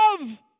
love